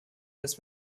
des